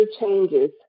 changes